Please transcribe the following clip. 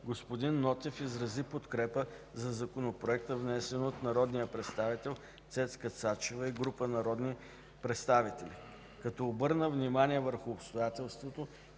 господин Нотев изрази подкрепа за Законопроекта, внесен от народния представител Цецка Цачева и група народни представители, като обърна внимание върху обстоятелството,